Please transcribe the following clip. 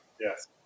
Yes